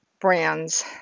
brands